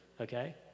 okay